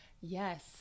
Yes